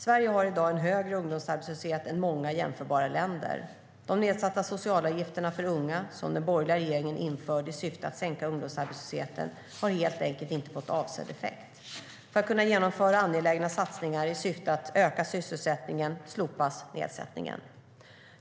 Sverige har i dag en högre ungdomsarbetslöshet än många jämförbara länder. De nedsatta socialavgifterna för unga, som den borgerliga regeringen införde i syfte att sänka ungdomsarbetslösheten, har helt enkelt inte fått avsedd effekt. För att kunna genomföra angelägna satsningar i syfte att öka sysselsättningen slopas nedsättningen.